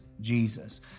Jesus